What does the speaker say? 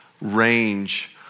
range